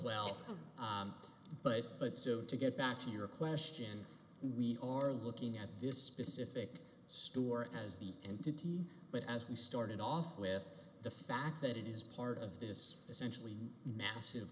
well but but so to get back to your question we are looking at this specific store as the entity but as we started off with the fact that it is part of this essentially massive